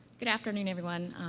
good afternoon, everyone.